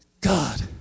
God